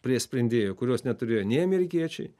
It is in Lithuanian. prie sprendėjų kurios neturėjo nei amerikiečiai